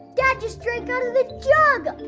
dad just drank out of the jug!